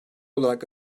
olarak